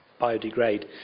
biodegrade